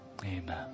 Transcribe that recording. Amen